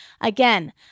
Again